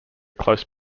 close